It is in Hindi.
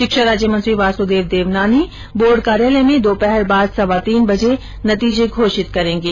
शिक्षा राज्य मंत्री वासुदेव देवनानी बोर्ड कार्यालय में दोपहर बाद सवा तीन बजे नतीजे घोषित करेंगे